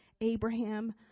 abraham